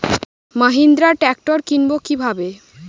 Mahindra tractor কিনবো কি ভাবে?